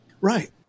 Right